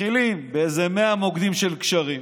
מתחילים באיזה 100 מוקדים של גשרים,